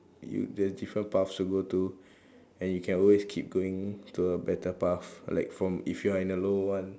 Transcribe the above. you there different paths to go to and you can always keep going to a better path like from if you are in a lower one